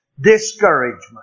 discouragement